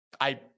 I-